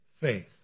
faith